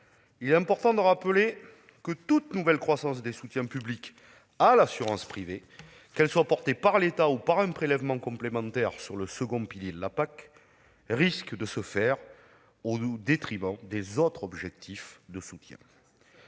il est important de rappeler que toute nouvelle croissance des soutiens publics à l'assurance privée, qu'elle soit portée par l'État ou par un prélèvement complémentaire sur le second pilier de la PAC, risque de se faire au détriment non seulement des autres objectifs de soutien-